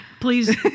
Please